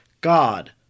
God